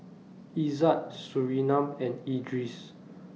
Izzat Surinam and Idris